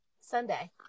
sunday